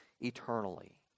eternally